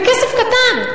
בכסף קטן,